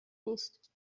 نیست